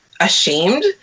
ashamed